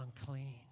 unclean